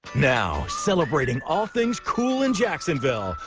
now celebrating all things cool in jacksonville.